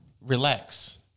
Relax